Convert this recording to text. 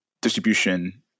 distribution